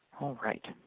alright.